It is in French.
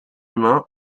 humain